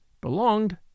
Belonged